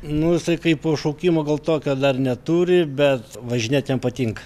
nu jisai kaip šaukimo gal tokio dar neturi bet važinėt jiems patinka